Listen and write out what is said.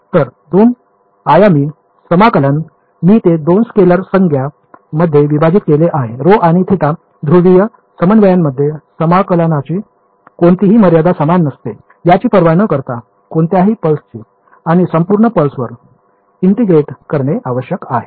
तर 2 आयामी समाकलन मी ते 2 स्केलर संज्ञा मध्ये विभाजित केले आहे ρ आणि θ ध्रुवीय समन्वयांमध्ये समाकलनाची कोणतीही मर्यादा समान नसते याची पर्वा न करता कोणत्या पल्सची आणि संपूर्ण पल्सवर ईंटेग्रेट करणे आवश्यक आहे